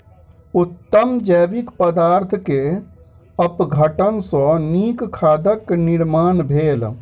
उत्तम जैविक पदार्थ के अपघटन सॅ नीक खादक निर्माण भेल